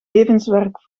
levenswerk